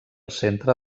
centre